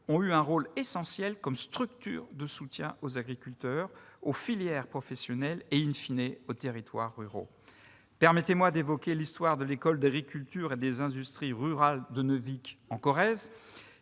-ont joué un rôle essentiel comme structures de soutien aux agriculteurs, aux filières professionnelles et,, aux territoires ruraux. J'évoquerai l'histoire de l'école d'agriculture et des industries rurales de Neuvic, en Corrèze,